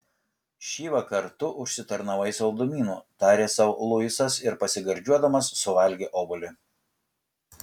šįvakar tu užsitarnavai saldumynų tarė sau luisas ir pasigardžiuodamas suvalgė obuolį